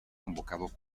convocado